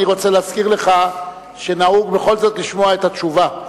אני רוצה להזכיר לך שנהוג בכל זאת לשמוע את התשובה.